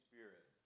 Spirit